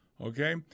Okay